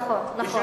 נכון, נכון.